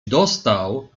dostał